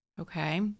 okay